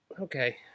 Okay